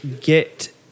get